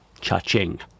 Cha-ching